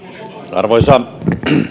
arvoisa